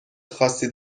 خاصی